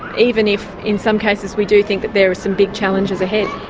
even if in some cases we do think that there are some big challenges ahead.